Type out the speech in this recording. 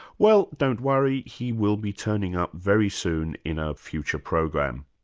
well, don't worry, he will be turning up very soon in a future program.